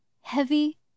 heavy